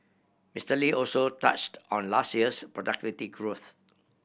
Mister Lee also touched on last year's productivity growth